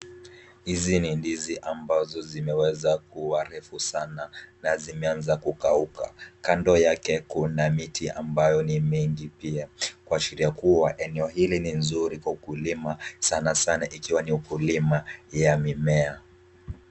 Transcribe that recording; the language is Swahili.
Hizi ni ndizi ambazo zimeweza kuwa refu sana zimeanza kukauka, kando yake kuna miti ambayo ni mingi pia kuashiria kuwa eneo hili ni zuri kwa ukulima sana sana ikiwa ni ukulima ya mimea.